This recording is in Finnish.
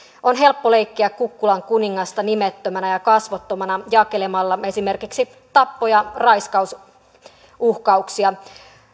on helppo leikkiä kukkulan kuningasta nimettömänä ja kasvottomana jakelemalla esimerkiksi tappo ja raiskausuhkauksia